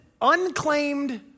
unclaimed